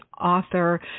author